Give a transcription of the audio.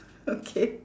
okay